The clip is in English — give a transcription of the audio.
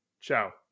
Ciao